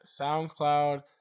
SoundCloud